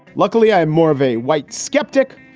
luckily, i am more of a white skeptic,